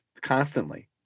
constantly